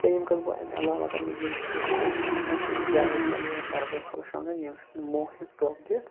ترٛیِٚیم کَتھ گوٚو اَمہِ علاوٕ اَگر نہٕ یِم چز آسیٚن تیٚلہِ چھُ اِنسان کُنہِ جھالہِ تَل یا پَردَس تَل شۄگان ییٚمہِ سۭتۍ نہٕ مہوٚو ہیٚکہٕ ٹۄپھ دِتھ